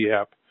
app